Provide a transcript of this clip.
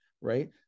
Right